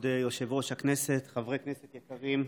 כבוד יושב-ראש הכנסת, חברי כנסת יקרים,